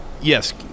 yes